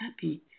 happy